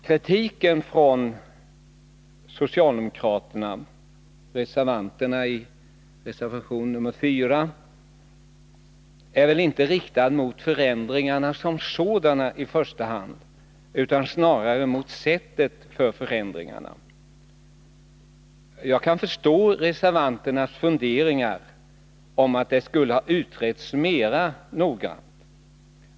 Kritiken från socialdemokraterna i reservation nr 4 är väl inte riktad mot förändringarna som sådana i första hand, utan snarare mot sättet för förändringarna. Jag kan förstå reservanternas funderingar om att frågan skulle ha utretts mera noggrant.